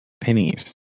pennies